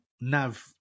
Nav